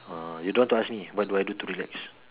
oh you don't want to ask me what I do to relax